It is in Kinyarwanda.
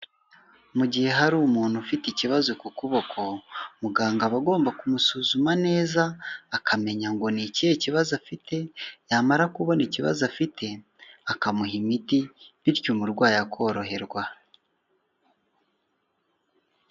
Mu gihe hari umuntu ufite ikibazo ku kuboko, muganga aba agomba kumusuzuma neza, akamenya ngo ni ikihe kibazo afite, yamara kubona ikibazo afite akamuha imiti, bityo umurwayi akoroherwa.